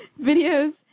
videos